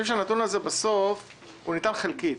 או ניתן חלקית.